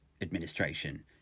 administration